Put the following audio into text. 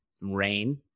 rain